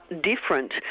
different